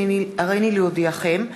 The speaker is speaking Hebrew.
הריני להודיעכם,